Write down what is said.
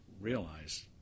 realize